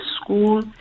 school